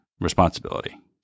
responsibility